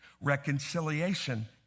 Reconciliation